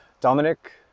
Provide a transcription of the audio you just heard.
Dominic